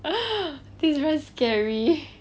think it's very scary